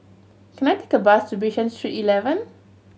can I take a bus to Bishan Street Eleven